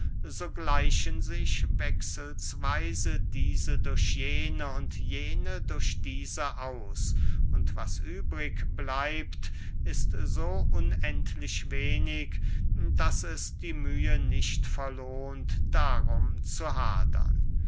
gleichen sich wechselsweise diese durch jene und jene durch diese aus und was übrig bleibt ist so unendlich wenig daß es die mühe nicht verlohnt darum zu hadern